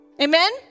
Amen